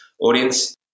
audience